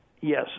Yes